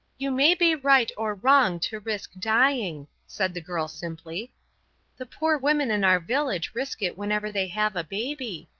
you may be right or wrong to risk dying, said the girl, simply the poor women in our village risk it whenever they have a baby.